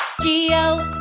g o